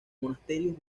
monasterios